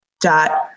dot